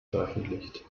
veröffentlicht